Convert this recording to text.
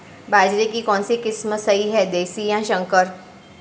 बाजरे की कौनसी किस्म सही हैं देशी या संकर?